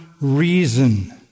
reason